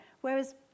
Whereas